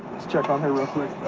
check on her real quick.